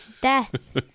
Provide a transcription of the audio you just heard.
death